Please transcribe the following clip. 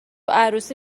عروسی